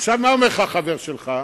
עכשיו, מה אומר לך חבר שלך?